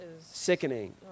sickening